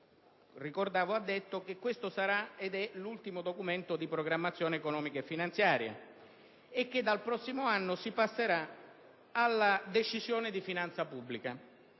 ricordavo, ha detto che questo sarà l'ultimo Documento di programmazione economico-finanziaria e che dal prossimo anno si passerà alla Decisione di finanza pubblica.